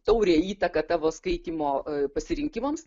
taurią įtaką tavo skaitymo pasirinkimams